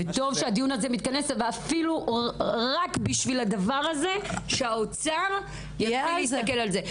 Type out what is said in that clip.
טוב שהדיון הזה מתכנס אפילו רק כדי שהאוצר יתחיל להסתכל על זה.